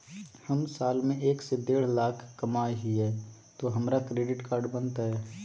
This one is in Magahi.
हम साल में एक से देढ लाख कमा हिये तो हमरा क्रेडिट कार्ड बनते?